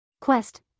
Quest